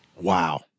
Wow